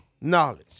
knowledge